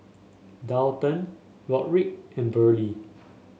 Daulton Rodrick and Burley